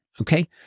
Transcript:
Okay